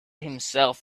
himself